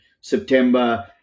September